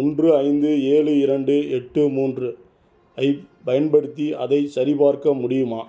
ஒன்று ஐந்து ஏழு இரண்டு எட்டு மூன்று ஐப் பயன்படுத்தி அதை சரிபார்க்க முடியுமா